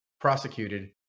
prosecuted